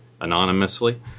anonymously